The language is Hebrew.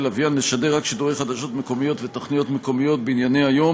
לוויין לשדר רק שידורי חדשות מקומיות ותוכניות מקומיות בענייני היום